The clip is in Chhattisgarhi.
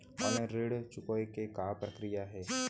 ऑनलाइन ऋण चुकोय के का प्रक्रिया हे?